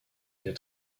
der